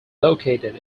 located